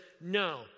no